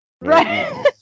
Right